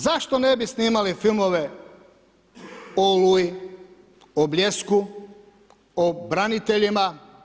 Zašto ne bi snimali filmove o Oluji, o Bljesku, o braniteljima?